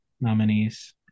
nominees